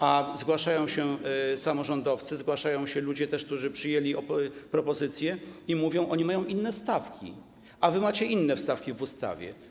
A zgłaszają się samorządowcy, zgłaszają się też ludzie, którzy przyjęli propozycje i mówią: oni mają inne stawki, a wy macie inne stawki w ustawie.